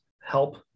help